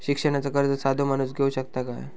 शिक्षणाचा कर्ज साधो माणूस घेऊ शकता काय?